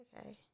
Okay